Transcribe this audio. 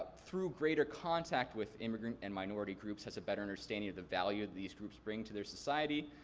through greater contact with immigrant and minority groups, has a better understanding of the value these groups bring to their society.